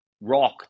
rock